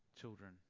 children